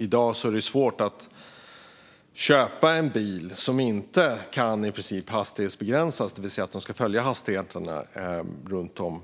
I dag är det svårt att köpa en bil som inte i princip kan hastighetsbegränsas. Den kan följa hastigheten runt om